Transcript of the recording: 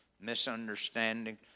misunderstanding